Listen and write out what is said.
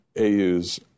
AU's